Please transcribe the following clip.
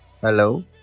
Hello